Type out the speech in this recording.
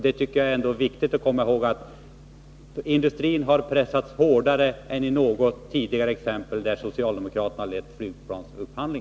Det är viktigt att komma ihåg att industrin har pressats hårdare än i något tidigare fall där socialdemokraterna har lett flygplansupphandling.